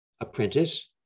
apprentice